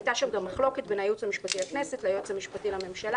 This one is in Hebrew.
הייתה שם גם מחלוקת בין היועץ המשפטי לכנסת לבין היועץ המשפטי לממשלה.